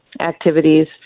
activities